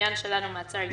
בעניין שלנו מעצר ימים.